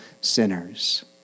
sinners